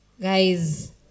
Guys